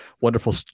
wonderful